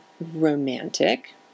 romantic